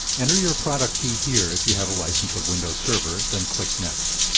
enter your product key here if you have a license of windows server, then click next.